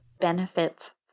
benefits